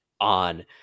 on